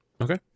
Okay